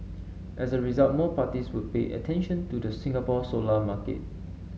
as a result more parties would pay attention to the Singapore solar market